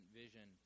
vision